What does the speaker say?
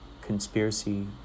Conspiracy